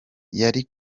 yari